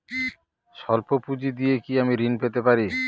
সল্প পুঁজি দিয়ে কি আমি ঋণ পেতে পারি?